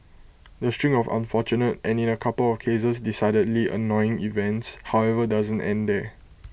the string of unfortunate and in A couple of cases decidedly annoying events however doesn't end there